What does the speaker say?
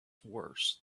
worse